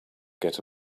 get